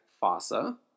fossa